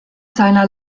seiner